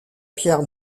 pierre